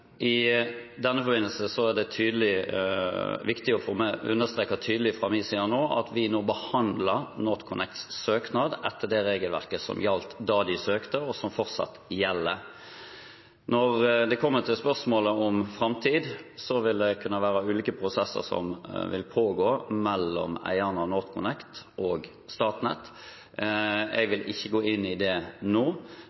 I denne forbindelse er det viktig å understreke tydelig fra min side at vi nå behandler NorthConnects søknad etter det regelverket som gjaldt da de søkte, og som fortsatt gjelder. Når det gjelder spørsmålet om framtid, vil det kunne være ulike prosesser som vil pågå mellom eierne av NorthConnect og Statnett. Jeg